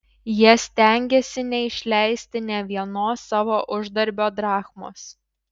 jie stengėsi neišleisti nė vienos savo uždarbio drachmos